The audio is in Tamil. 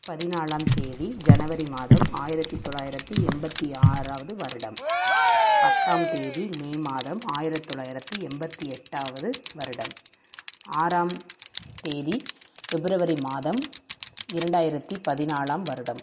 பதினாலாம் தேதி ஜனவரி மாதம் ஆயிரத்தி தொள்ளாயிரத்தி எண்பத்தி ஆறாவது வருடம் பத்தாம் தேதி மே மாதம் ஆயிரத்தி தொள்ளாயிரத்தி எண்பத்தி எட்டாவது வருடம் ஆறாம் தேதி பிப்ரவரி மாதம் இரண்டாயிரத்தி பதினாலாம் வருடம்